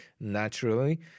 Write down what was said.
naturally